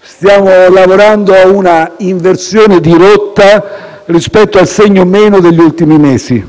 Stiamo lavorando a una inversione di rotta rispetto al segno meno degli ultimi mesi.